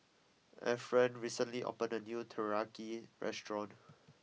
Efren recently opened a new Teriyaki restaurant